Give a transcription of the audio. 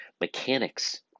mechanics